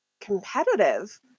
competitive